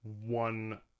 one